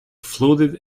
floated